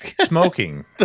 Smoking